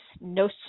No